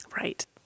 Right